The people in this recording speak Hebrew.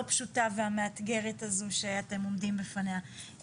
פשוטה והמאתגרת הזו שאתם עומדים בפניה.